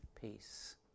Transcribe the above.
peace